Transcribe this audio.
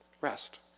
Rest